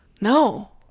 No